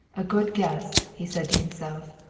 a good guess, he said to himself.